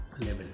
level